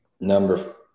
Number